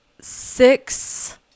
six